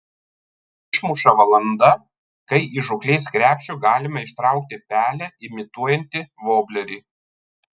išmuša valanda kai iš žūklės krepšio galime ištraukti pelę imituojantį voblerį